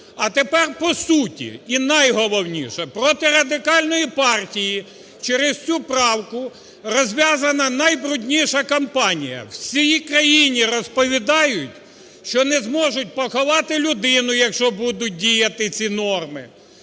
А тепер по суті і найголовніше, проти Радикальної партії через цю правку розв'язана найбрудніша кампанія: всій країні розповідають, що не зможуть поховати людину, якщо будуть діяти ці норми,